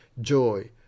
joy